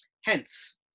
hence